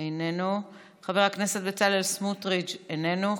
איננו, חבר הכנסת בצלאל סמוטריץ' איננו,